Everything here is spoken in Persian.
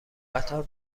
قطار